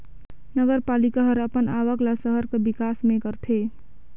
नगरपालिका हर अपन आवक ल सहर कर बिकास में करथे